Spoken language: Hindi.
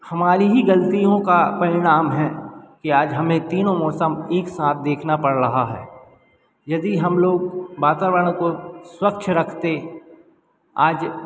हमारी ही गल्तियों का परिणाम हैं कि आज हमें तीनों मौसम एक साथ देखना पड़ रहा है यदि हम लोग वातावरण को स्वच्छ रखते आज